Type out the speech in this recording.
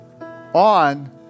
on